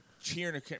cheering